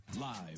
live